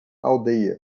aldeia